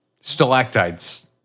Stalactites